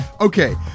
Okay